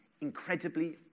incredibly